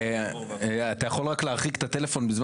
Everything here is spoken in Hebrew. אתה יכול להרחיק את הטלפון?